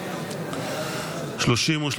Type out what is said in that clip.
הצבעה.